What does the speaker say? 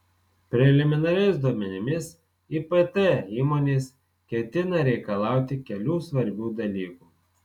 preliminariais duomenimis ipt įmonės ketina reikalauti kelių svarbių dalykų